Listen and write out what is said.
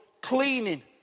cleaning